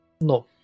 No